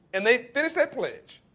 and they finish that pledge,